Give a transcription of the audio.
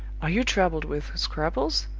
are you troubled with scruples?